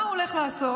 מה הוא הולך לעשות?